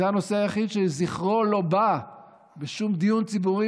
זה הנושא היחיד שזכרו לא בא בשום דיון ציבורי